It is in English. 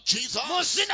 Jesus